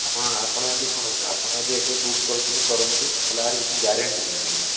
ଆପଣ ଆପଣ ଯଦି ଶୁଣନ୍ତୁ ଆପଣ ଯଦି ଏବେ ବୁକ୍ କରୁଛନ୍ତି କରନ୍ତୁ ନହେଲେ ୟାର କିଛି ଗ୍ୟାରେଣ୍ଟି ନାହିଁ ଆଜ୍ଞା